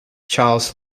charles